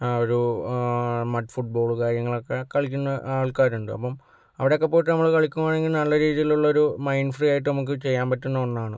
ഒരു മട് ഫുട്ബോള് കാര്യങ്ങളൊക്കെ കളിക്കുന്ന ആൾക്കാര്ണ്ട് അപ്പം അവിടെയൊക്കെ പോയിട്ട് നമ്മള് കളിക്കുവാണെങ്കില് നല്ല രീതിയിലുള്ള ഒരു മൈൻഡ് ഫ്രീയായിട്ട് നമ്മുക്ക് ചെയ്യാൻ പറ്റുന്ന ഒന്നാണ്